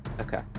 Okay